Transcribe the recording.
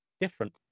different